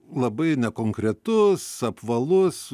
labai nekonkretus apvalus